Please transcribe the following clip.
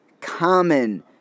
common